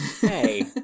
Hey